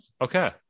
okay